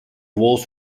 walls